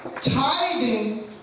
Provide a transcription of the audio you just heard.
tithing